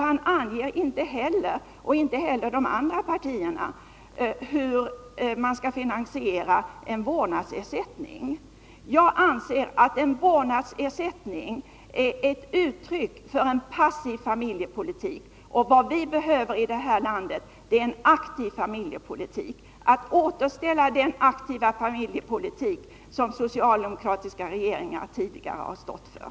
Han anger inte — och det gör inte heller företrädare för de andra partierna — hur man skall finansiera en vårdnadsersättning. Jag anser att en vårdnadsersättning är ett uttryck för en passiv familjepolitik. Vad vi behöver i det här landet är en aktiv familjepolitik, ett återställande av den aktiva familjepolitik som socialdemokratiska regeringar tidigare har stått för.